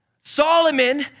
Solomon